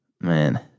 man